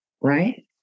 Right